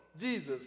Jesus